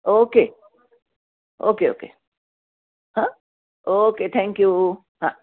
okay okay okay हां okay thank you हां